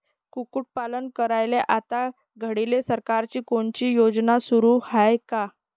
कुक्कुटपालन करायले आता घडीले सरकारची कोनची योजना सुरू हाये का?